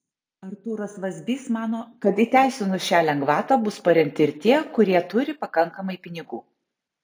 artūras vazbys mano kad įteisinus šią lengvatą bus paremti ir tie kurie turi pakankamai pinigų